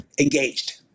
engaged